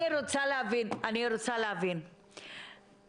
מה שראוי לעשות זה לוודא שהפרטים במשפחתונים דומים למעונות הממלכתיים.